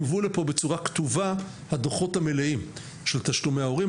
יובאו לפה בצורה כתובה הדוחות המלאים של תשלומי ההורים.